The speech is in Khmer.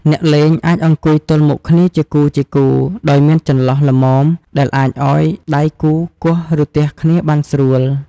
អ្នកលេងអាចអង្គុយទល់មុខគ្នាជាគូៗ ដោយមានចន្លោះល្មមដែលអាចឱ្យដៃគូគោះ ឬទះគ្នាបានស្រួល។